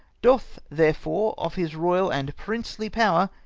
doth therefore, of his royal and princely power,